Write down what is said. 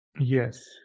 Yes